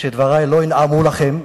שדברי לא ינעמו לכם.